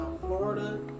Florida